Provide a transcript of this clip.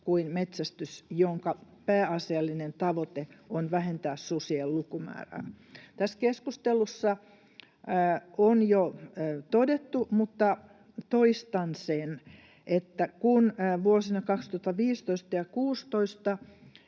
kuin metsästys, jonka pääasiallinen tavoite on vähentää susien lukumäärää. Tässä keskustelussa on jo todettu mutta toistan sen, että kun vuosina 2015 ja 2016